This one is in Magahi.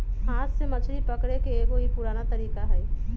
हाथ से मछरी पकड़े के एगो ई पुरान तरीका हई